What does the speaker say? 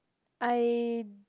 I